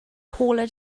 paula